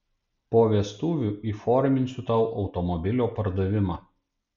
po vestuvių įforminsiu tau automobilio pardavimą